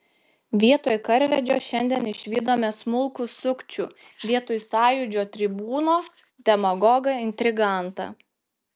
vietoj karvedžio šiandien išvydome smulkų sukčių vietoj sąjūdžio tribūno demagogą ir intrigantą